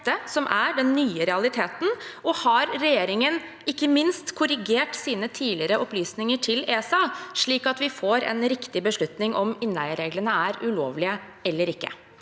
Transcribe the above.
som er den nye realiteten? Og ikke minst: Har regjeringen korrigert sine tidligere opplysninger til ESA, slik at vi får en riktig beslutning om hvorvidt innleiereglene er ulovlige eller ikke?